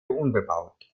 unbebaut